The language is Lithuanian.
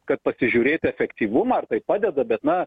kad pasižiūrėt efektyvumą ar tai padeda bet na